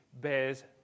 bears